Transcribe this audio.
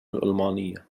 الألمانية